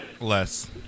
less